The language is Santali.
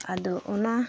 ᱟᱫᱚ ᱚᱱᱟ